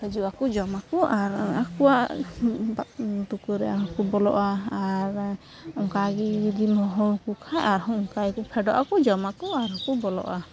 ᱦᱟᱹᱡᱩᱜᱟᱠᱚ ᱡᱚᱢᱟᱠᱚ ᱟᱨ ᱟᱠᱚᱣᱟᱜ ᱛᱩᱠᱟᱹᱨᱮ ᱟᱨᱦᱚᱸᱠᱚ ᱵᱚᱞᱚᱜᱼᱟ ᱟᱨ ᱚᱱᱠᱟᱜᱮ ᱡᱚᱫᱤᱢ ᱦᱚᱦᱚᱣᱟᱠᱚ ᱠᱷᱟᱡ ᱟᱨᱦᱚᱸ ᱚᱱᱠᱟᱜᱮᱠᱚ ᱯᱷᱮᱰᱚᱜ ᱟᱠᱚ ᱡᱚᱢᱟᱠᱚ ᱟᱨᱦᱚᱸᱠᱚ ᱵᱚᱞᱚᱜᱼᱟ